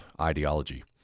ideology